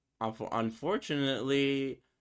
Unfortunately